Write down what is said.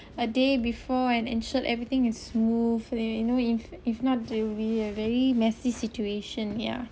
a day before and ensure everything is smoothly and you know if if not it'll be a very messy situation ya